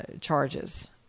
charges